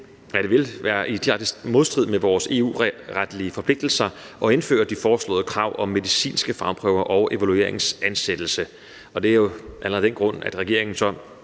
Det vil være i direkte modstrid med vores EU-retlige forpligtelser at indføre de foreslåede krav om medicinske fagprøver og evalueringsansættelse. Allerede af den grund har regeringen